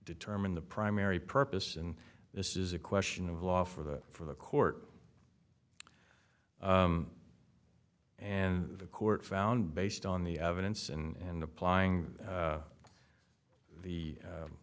determine the primary purpose and this is a question of law for the for the court and the court found based on the evidence and applying the